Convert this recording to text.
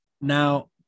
Now